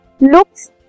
looks